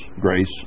grace